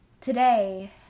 today